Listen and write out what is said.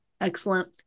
Excellent